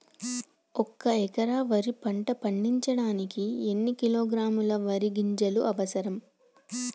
ఒక్క ఎకరా వరి పంట పండించడానికి ఎన్ని కిలోగ్రాముల వరి గింజలు అవసరం?